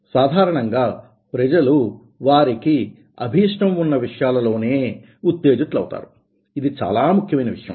సాధారణంగా ప్రజలు వారికి అభీష్టం ఉన్న విషయాల లోనే ఉత్తేజితులవుతారు ఇది చాలా ముఖ్యమైన విషయం